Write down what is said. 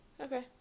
Okay